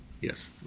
Yes